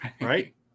Right